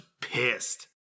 pissed